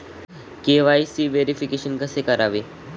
KYC verification कसे करावे?